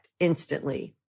Instantly